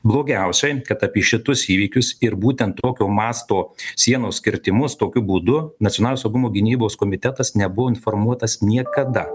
blogiausia kad apie šitus įvykius ir būtent tokio masto sienos kirtimus tokiu būdu nacionalinio saugumo gynybos komitetas nebuvo informuotas niekada